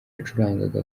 yacurangaga